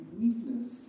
weakness